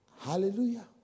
Hallelujah